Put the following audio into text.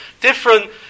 Different